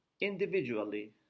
individually